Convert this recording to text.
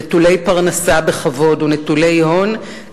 נטולי פרנסה בכבוד ונטולי הון,